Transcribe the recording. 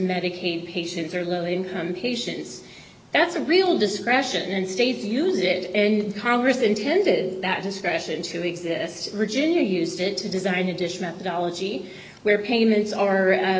medicaid patients or low income patients that's a real discretion and states use it and congress intended that discretion to exist region or used it to design a dish methodology where payments are